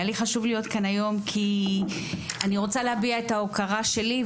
היה לי חשוב להיות כאן היום כי אני רוצה להביע את ההוקרה שלי,